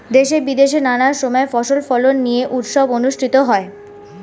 দেশে বিদেশে নানা সময় ফসল ফলন নিয়ে উৎসব অনুষ্ঠিত হয়